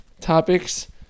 topics